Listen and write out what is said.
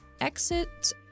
exit